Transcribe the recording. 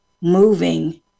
moving